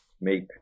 make